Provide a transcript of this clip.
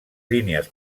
línies